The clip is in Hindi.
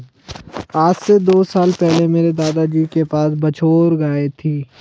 आज से दो साल पहले मेरे दादाजी के पास बछौर गाय थी